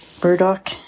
Burdock